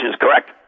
correct